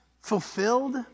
fulfilled